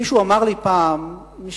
מישהו אמר לי פעם משפט,